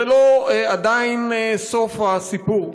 זה עדיין לא סוף הסיפור,